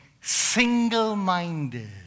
single-minded